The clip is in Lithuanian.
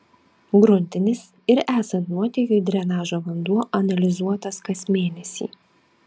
gruntinis ir esant nuotėkiui drenažo vanduo analizuotas kas mėnesį